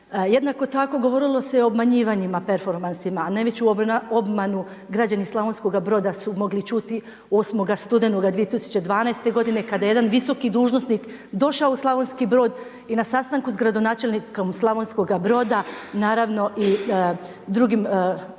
Jednako tako govorilo se o obmanjivanjima performansima a najveću obmanu građani Slavonskoga Broda su mogli čuti 8. studenoga 2012. godine kada je jedna visoki dužnosnik došao u Slavonski Brod i na sastanku sa gradonačelnikom Slavonskoga Broda, naravno i drugim članovima